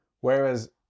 whereas